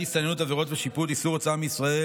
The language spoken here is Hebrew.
הסתננות (עבירות ושיפוט) (איסור הוצאה מישראל